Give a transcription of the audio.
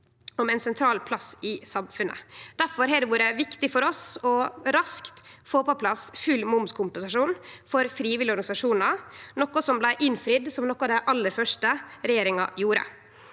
har ein sentral plass i samfunnet. Difor har det vore viktig for oss raskt å få på plass full momskompensasjon for frivillige organisasjonar, noko som blei innfridd som noko av det aller første regjeringa gjorde.